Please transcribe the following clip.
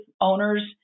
owners